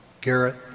Garrett